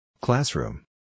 Classroom